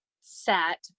set